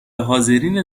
حاضرین